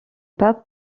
pas